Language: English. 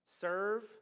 serve